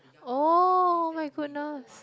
oh oh-my-goodness